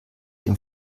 dem